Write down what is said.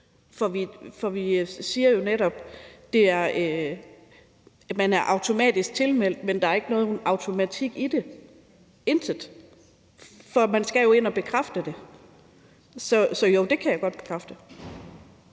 For vi siger jo netop, at man er automatisk tilmeldt, men der er ikke nogen automatik i det – ingen. For man skal jo ind at bekræfte det. Så jo, det kan jeg godt bekræfte.